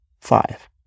Five